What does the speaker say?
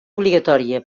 obligatòria